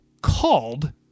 called